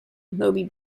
moby